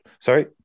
sorry